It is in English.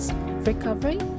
Recovery